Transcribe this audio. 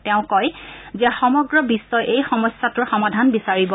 তেওঁ কয় যে সমগ্ৰ বিশ্বই এই সমস্যাটোৰ সমাধান বিচাৰিব